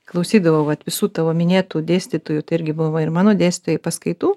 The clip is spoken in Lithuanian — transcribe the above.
klausydavau vat visų tavo minėtų dėstytojų tai irgi buvo ir mano dėstytojų paskaitų